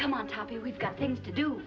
come on top you've got things to do